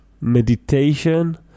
meditation